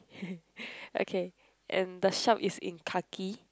okay and the shop is in khaki